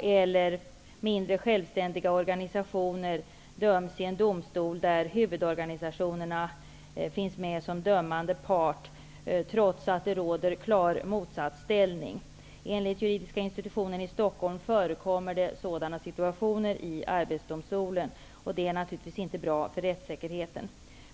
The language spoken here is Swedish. eller mindre självständiga organisationer döms i en domstol där huvudorganisationerna finns med som dömande part trots att det råder klar motsatsställning. Enligt juridiska institutionen i Stockholm förekommer det sådana situationer i Arbetsdomstolen. Det är naturligtvis inte bra för rättssäkerheten.